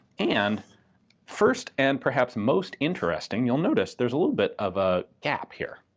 and first, and perhaps most interesting, you'll notice there's a little bit of a gap here.